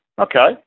okay